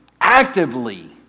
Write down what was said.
actively